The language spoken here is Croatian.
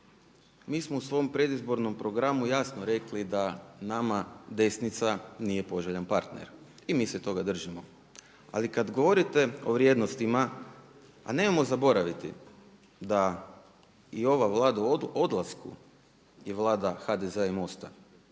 Mi smo u svom predizbornom programu jasnu rekli da nama desnica nije poželjan partner i mi se toga držimo. Ali kad govorite o vrijednostima, a nemojmo zaboraviti da i ova Vlada u odlasku i Vlada HDZ-a i MOST-a